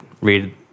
read